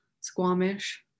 Squamish